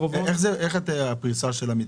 איך הפריסה שלהם?